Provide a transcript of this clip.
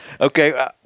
Okay